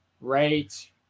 right